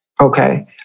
Okay